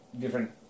different